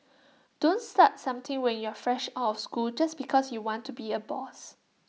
don't start something when you're fresh out of school just because you want to be A boss